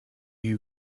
you